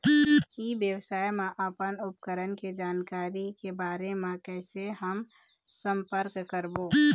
ई व्यवसाय मा अपन उपकरण के जानकारी के बारे मा कैसे हम संपर्क करवो?